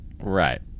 Right